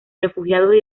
refugiados